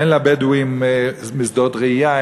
אין לבדואים שדות רעייה,